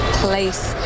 place